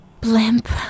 Blimp